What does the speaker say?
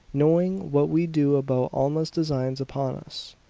knowing what we do about alma's designs upon us,